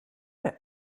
get